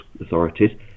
authorities